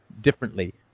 differently